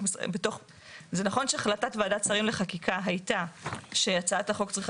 זה נכון שהחלטת ועדת שרים לחקיקה הייתה שהצעת החוק צריכה